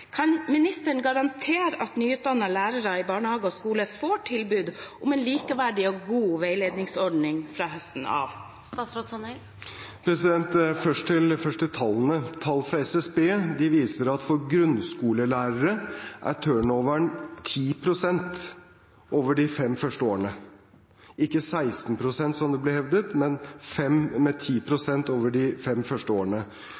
Kan ministeren garantere at nyutdannete lærere i barnehage og skole får tilbud om en likeverdig og god veiledningsordning fra høsten av? Først til tallene: Tall fra SSB viser at for grunnskolelærere er det en turnover på 10 pst. over de fem første årene – ikke 16 pst., som det ble hevdet, men 10 pst. over de fem første årene.